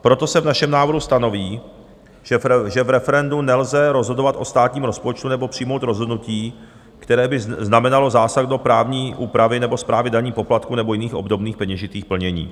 Proto se v našem návrhu stanoví, že v referendu nelze rozhodovat o státním rozpočtu nebo přijmout rozhodnutí, které by znamenalo zásah do právní úpravy nebo správy daní, poplatků nebo jiných obdobných peněžitých plnění.